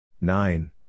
Nine